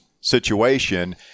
situation